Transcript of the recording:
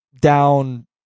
down